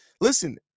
Listen